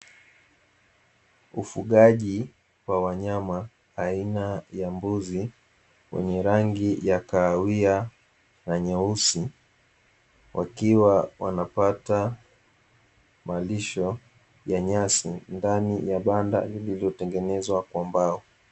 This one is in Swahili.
Ufugaji wa wanyama aina ya mbuzi wenye rangi ya kahawia na nyeusi. Wakiwa wanapata malisho ya nyasi ndani ya banda lililotengenezwa kwa mbao.